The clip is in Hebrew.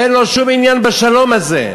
אין לו שום עניין בשלום הזה.